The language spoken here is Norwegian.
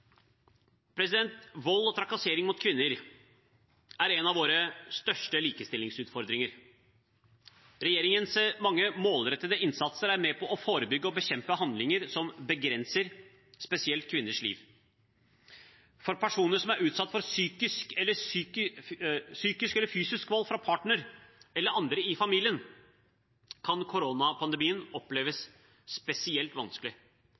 Vold mot og trakassering av kvinner er en av våre største likestillingsutfordringer. Regjeringens mange målrettede innsatser er med på å forebygge og bekjempe handlinger som begrenser spesielt kvinners liv. For personer som er utsatt for psykisk eller fysisk vold fra partner eller andre i familien, kan koronapandemien oppleves spesielt vanskelig.